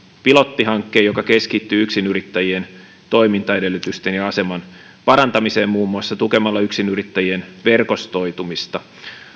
pilottihankkeen joka keskittyy yksinyrittäjien toimintaedellytysten ja aseman parantamiseen muun muassa tukemalla yksinyrittäjien verkostoitumista